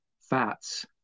fats